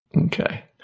Okay